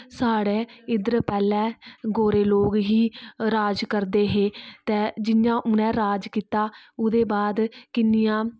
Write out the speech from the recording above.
साढ़े इद्धर पैहलें गोरे लोक हे राज करदे हे ते जि'यां उ'नें राज कीता ओहदे बाद किन्नियां